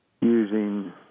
using